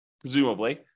presumably